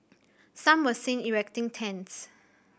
some were seen erecting tents